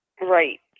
Right